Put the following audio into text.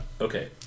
Okay